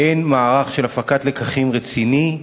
אין מערך של הפקת לקחים רציני,